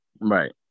Right